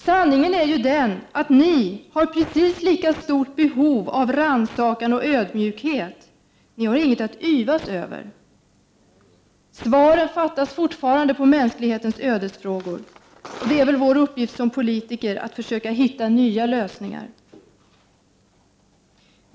Sanningen är ju den att de borgerliga partierna har precis lika stort behov av rannsakan och ödmjukhet. De har ingenting att yvas över. Svaren på mänsklighetens ödesfrågor saknas fortfarande. Och det är vår uppgift som politiker att försöka hitta nya lösningar.